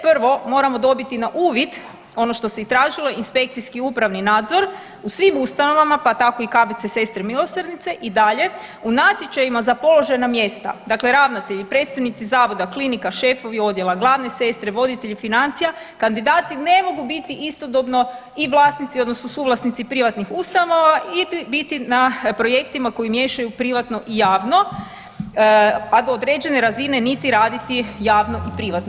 Prvo, moramo dobiti na uvid ono što se i tražilo, inspekcijski i upravni nadzor u svim ustanovama pa tako i KBC Sestre milosrdnice i dalje u natječajima za položajna mjesta, dakle ravnatelji, predstojnici zavoda, klinika, šefovi odjela, glavne sestre, voditelji financija, kandidati ne mogu biti istodobno i vlasnici odnosno suvlasnici privatnih ustanova i biti na projektima koji miješaju privatno i javno, a do određene razine niti raditi javno i privatno.